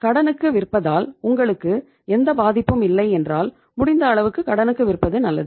கடனுக்கு விற்பதால் உங்களுக்கு எந்த பாதிப்பும் இல்லை என்றால் முடிந்த அளவுக்கு கடனுக்கு விற்பது நல்லது